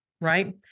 right